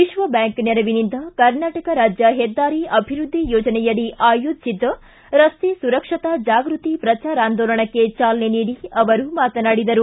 ವಿಶ್ವಬ್ಯಾಂಕ್ ನೆರವಿನಿಂದ ಕರ್ನಾಟಕ ರಾಜ್ಯ ಹೆದ್ದಾರಿ ಅಭಿವೃದ್ಧಿ ಯೋಜನೆಯಡಿ ಆಯೋಜಿಸಿದ್ದ ರಸ್ತೆ ಸುರಕ್ಷತಾ ಜಾಗೃತಿ ಪ್ರಚಾರಾಂದೋಲನಲನಕ್ಕೆ ಚಾಲನೆ ನೀಡಿ ಅವರು ಮಾತನಾಡಿದರು